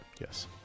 Yes